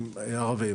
ערבים.